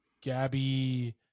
gabby